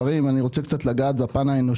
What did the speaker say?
אני שמח שהפעם יש יותר חיוך על הפנים שלך.